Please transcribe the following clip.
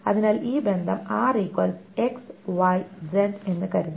അതിനാൽ ഈ ബന്ധം R X Y Z ഉണ്ടെന്ന് കരുതുക